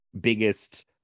biggest